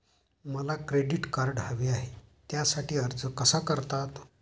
मला credit card हवे आहे त्यासाठी अर्ज कसा करतात?